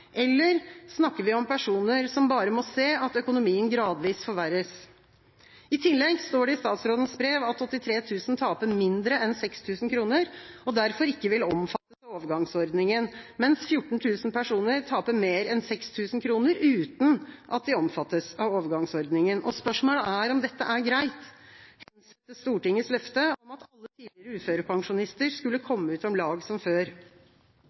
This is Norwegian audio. eller snakker vi om personer som bare må se at økonomien gradvis forverres? I tillegg står det i statsrådens brev at 83 000 taper mindre enn 6 000 kr og derfor ikke vil omfattes av overgangsordninga, mens 14 000 personer taper mer enn 6 000 kr, uten at de omfattes av overgangsordninga. Spørsmålet er om dette er greit, sett hen til Stortingets løfte om at alle tidligere uførepensjonister skulle komme ut om lag som før.